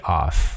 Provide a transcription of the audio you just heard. off